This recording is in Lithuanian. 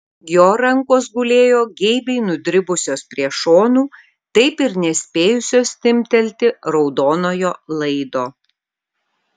jo rankos gulėjo geibiai nudribusios prie šonų taip ir nespėjusios timptelti raudonojo laido